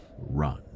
run